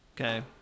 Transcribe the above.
Okay